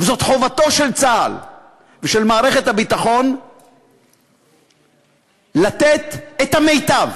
זאת חובתם של צה"ל ושל מערכת הביטחון לתת את המיטב